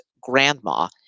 grandma